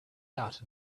out